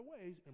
ways